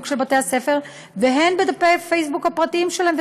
של בתי-הספר והן בדפי הפייסבוק הפרטיים שלהם,